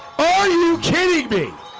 are you kidding me?